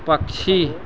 पक्षी